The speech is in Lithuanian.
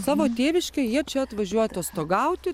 savo tėviškę jie čia atvažiuoja atostogauti